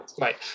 Right